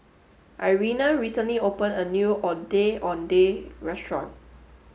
Irena recently opened a new Ondeh Ondeh restaurant